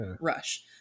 rush